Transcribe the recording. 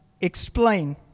explain